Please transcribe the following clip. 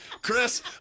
Chris